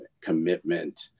commitment